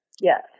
Yes